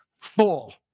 full